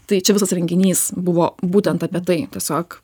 tai čia visas renginys buvo būtent apie tai tiesiog